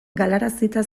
galarazita